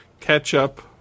ketchup